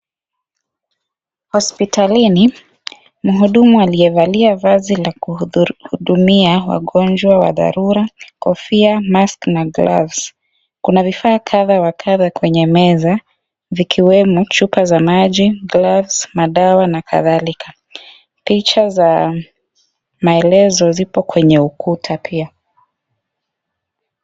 Hospitalini, mhudumu aliyevalia vazi la kuhudumia wagonjwa wa dharura, kofia, mask , na gloves . Kuna vifaa kadha wa kadha kwenye meza, vikiwemo chupa za maji, gloves , madawa na kadhalika. Picha za maelezo zipo kwenye ukuta pia.